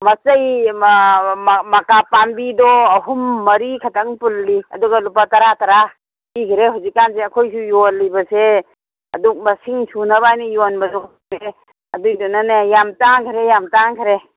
ꯃꯆꯩ ꯃꯥ ꯃꯥ ꯃꯀꯥ ꯄꯥꯟꯕꯤꯗꯣ ꯑꯍꯨꯝ ꯃꯔꯤ ꯈꯛꯇꯪ ꯄꯨꯜꯂꯤ ꯑꯗꯨꯒ ꯂꯨꯄꯥ ꯇꯔꯥ ꯇꯔꯥ ꯄꯤꯈ꯭ꯔꯦ ꯍꯧꯖꯤꯛꯀꯥꯟꯁꯦ ꯑꯩꯈꯣꯏꯁꯨ ꯌꯣꯜꯂꯤꯕꯁꯦ ꯑꯗꯨꯛ ꯃꯁꯤꯡ ꯁꯨꯅꯕꯅ ꯌꯣꯟꯕꯗꯣ ꯑꯗꯨꯏꯗꯨꯅꯅꯦ ꯌꯥꯝꯅ ꯇꯥꯡꯈ꯭ꯔꯦ ꯌꯥꯝ ꯇꯥꯡꯈ꯭ꯔꯦ